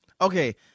okay